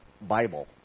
Bible